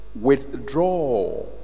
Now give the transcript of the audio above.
Withdraw